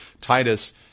Titus